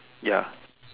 ya